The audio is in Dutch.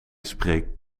spreekt